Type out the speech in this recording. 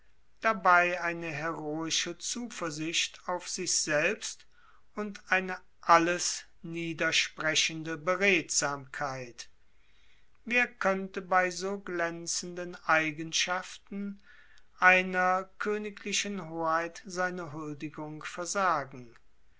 dabei eine heroische zuversicht auf sich selbst und eine alles niedersprechende beredsamkeit wer könnte bei so glänzenden eigenschaften einer k h seine huldigung versagen